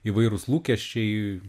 įvairūs lūkesčiai